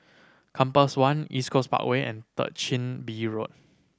Compass One East Coast Parkway and Third Chin Bee Road